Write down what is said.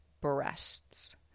breasts